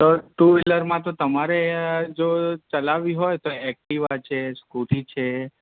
તો ટુ વ્હીલરમાં તો તમારે જો ચલાવવી હોય એકટીવા છે સ્કુટી છે